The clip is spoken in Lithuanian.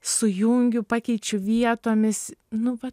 sujungiu pakeičiu vietomis nu va